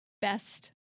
best